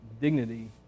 dignity